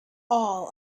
all